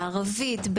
בערבית,